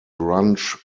grunge